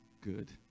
good